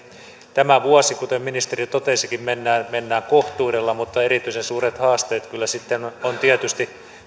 tämä vuosi kuten ministeri jo totesikin mennään mennään kohtuudella mutta erityisen suuret haasteet kyllä sitten ovat tietysti